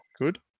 good